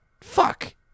Fuck